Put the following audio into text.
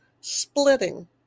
splitting